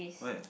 where